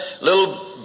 little